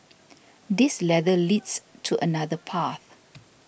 this ladder leads to another path